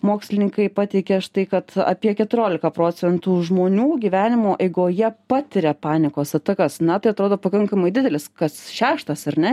mokslininkai pateikia štai kad apie keturiolika procentų žmonių gyvenimo eigoje patiria panikos atakas na tai atrodo pakankamai didelis kas šeštas ar ne